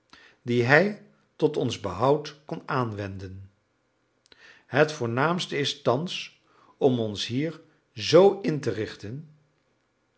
die hij tot ons behoud kon aanwenden het voornaamste is thans om ons hier z in te richten